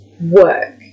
work